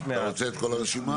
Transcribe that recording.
אתה רוצה את כל הרשימה?